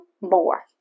more